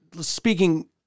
Speaking